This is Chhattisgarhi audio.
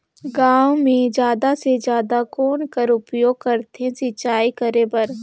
गांव म जादा से जादा कौन कर उपयोग करथे सिंचाई करे बर?